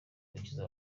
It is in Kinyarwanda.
gukiza